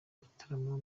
gitaramo